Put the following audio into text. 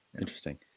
Interesting